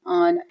on